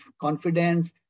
confidence